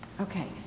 Okay